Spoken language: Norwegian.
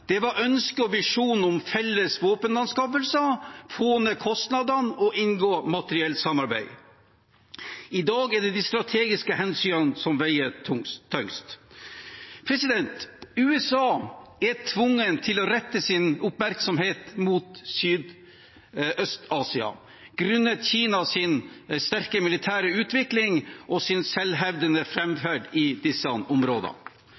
Det var ønske og visjon om å ha felles våpenanskaffelser, å få ned kostnadene og å inngå materielt samarbeid. I dag er det de strategiske hensynene som veier tyngst. USA er tvunget til å rette sin oppmerksomhet mot Sørøst-Asia grunnet Kinas sterke militære utvikling og selvhevdende framferd i disse områdene.